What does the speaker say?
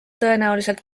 tõenäoliselt